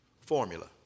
formula